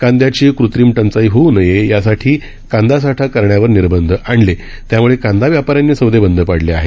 कांदयाची कृत्रिम टंचाई होऊ नये यासाठी कांदा साठा करण्यावर निर्बंध आणले त्यामुळे कांदा व्यापाऱ्यांनी सौदे बंद पाडले आहेत